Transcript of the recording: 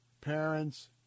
parents